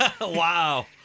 Wow